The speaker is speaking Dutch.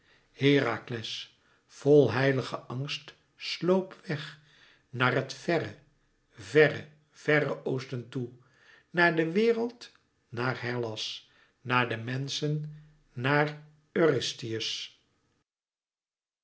herakles vol heiligen angst sloop weg naar het verre verre verre oosten toe naar de wereld naar hellas naar de menschen naar